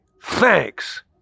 thanks